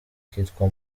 kitwa